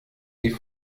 die